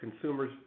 consumers